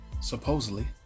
Supposedly